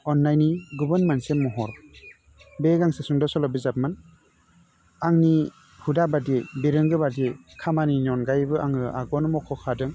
अन्नायनि गुबुन मोनसे महर बे गांसे सुंद' सल' बिजाबमोन आंनि हुदा बादियै बिरोंगो बादियै खामानिनि अनगायैबो आङो आगयावनो मख'खादों